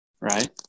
Right